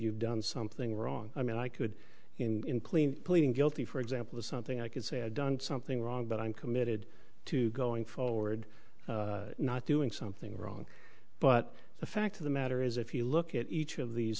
you've done something wrong i mean i could in clean pleading guilty for example is something i could say i've done something wrong but i'm committed to going forward not doing something wrong but the fact of the matter is if you look at each of these